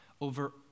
over